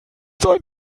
seinen